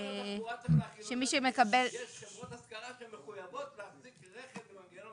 יש חברות השכרה שהן מחויבות להחזיק רכב עם מנגנון